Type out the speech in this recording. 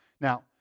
Now